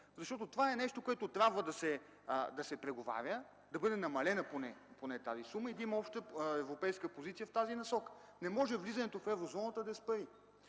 Защото това е нещо, по което трябва да се преговаря, да бъде намалена поне тази сума и да има обща европейска позиция в тази посока. Не може влизането в Еврозоната да е с пари.